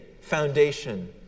foundation